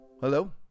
Hello